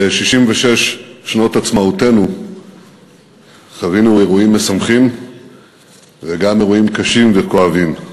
ב-66 שנות עצמאותנו חווינו אירועים משמחים וגם אירועים קשים וכואבים.